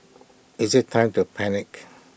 is IT time to panic